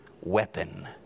weapon